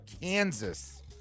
Kansas